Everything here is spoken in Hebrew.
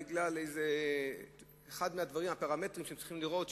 בגלל אחד מהפרמטרים שהם צריכים לראות,